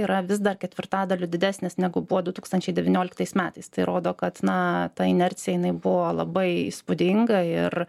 yra vis dar ketvirtadaliu didesnės negu buvo du tūkstančiai devynioliktais metais tai rodo kad na ta inercija jinai buvo labai įspūdinga ir